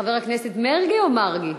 חבר הכנסת מֵרגי או מַרגי?